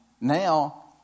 now